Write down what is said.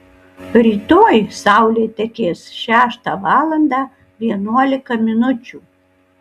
rytoj saulė tekės šeštą valandą vienuolika minučių